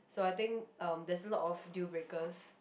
so I think um there's a lot of deal breakers